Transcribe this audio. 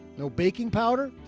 no baking powder.